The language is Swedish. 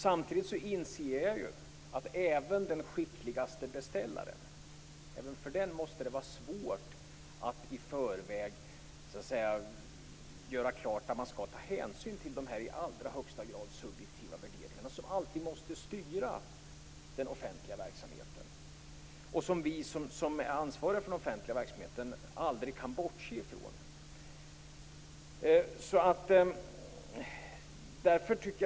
Samtidigt inser jag att även för den skickligaste beställare måste det vara svårt att i förväg göra klart när hänsyn skall tas till de i allra högsta grad subjektiva värderingar som alltid måste styra den offentliga verksamheten. Vi som är ansvariga för den offentliga verksamheten kan aldrig bortse från dessa.